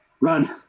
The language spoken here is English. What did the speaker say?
Run